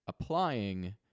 applying